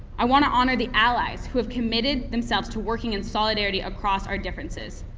i want to honor the allies who have committed themselves to working in solidarity across our differences.